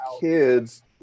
kids